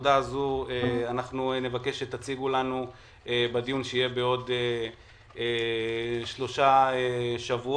העבודה הזו אנחנו נבקש שתציגו לנו בדיון שיהיה בעוד שלושה שבועות.